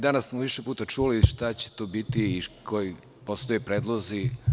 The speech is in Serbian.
Danas smo više puta čuli šta će to biti, postoje predlozi.